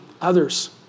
others